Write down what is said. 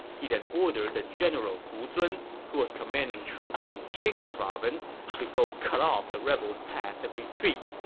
he then ordered the general hu zun, who was commanding troops in qing province, to go cut off the rebels' path of retreat.